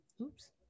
oops